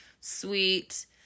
sweet